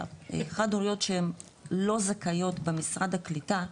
חד ההוריות שלא זכאיות במשרד הקליטה,